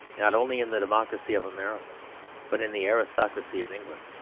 not only in the democracy of america but in the aristocracy of england,